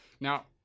Now